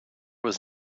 was